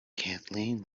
kathleen